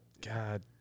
God